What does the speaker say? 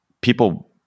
people